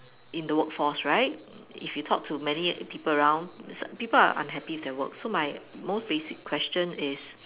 in the workforce right if you talk to many people around people are unhappy with their work so my most basic question is